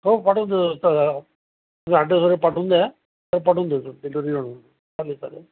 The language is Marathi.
हो पाठवून देऊ तुमचा ॲड्रेस वगैरे पाठवून द्या पाठवून द देऊ तो डीलिवरी आणून चालेल चालेल